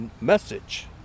message